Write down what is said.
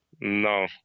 No